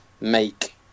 make